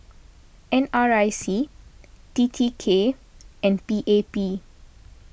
N R I C T T K and P A P